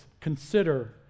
consider